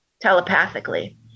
telepathically